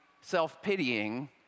self-pitying